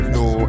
no